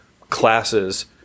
classes